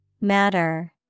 Matter